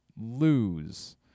lose